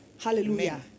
Hallelujah